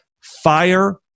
fire